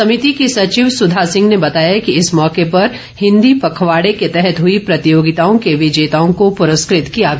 समिति की सचिव सुधा सिंह ने बताया कि इस मौके पर हिन्दी पखवाड़े के तहत हुई प्रतियोगिताओं के विजेताओं को पुरस्कृत किया गया